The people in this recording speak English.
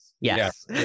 yes